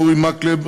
אורי מקלב,